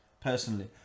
personally